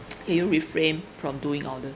can you refrain from doing all this